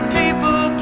people